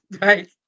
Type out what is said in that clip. right